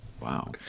Wow